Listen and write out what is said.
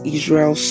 Israel